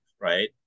right